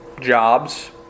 jobs